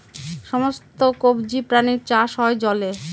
সমস্ত কবজি প্রাণীর চাষ হয় জলে